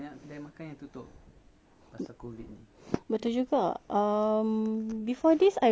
betul juga um before this I realised that after the C_B